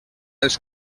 els